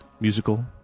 musical